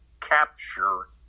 capture